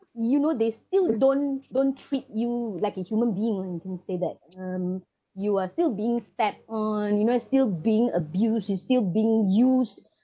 you know they still don't don't treat you like a human being lah you can say that um you are still being stepped on you know uh still being abused you're still being used